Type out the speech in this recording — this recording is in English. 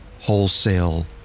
Wholesale